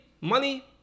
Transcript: money